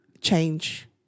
change